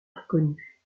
inconnue